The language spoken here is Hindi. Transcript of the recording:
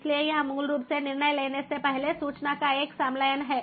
इसलिए यह मूल रूप से निर्णय लेने से पहले सूचना का एक संलयन है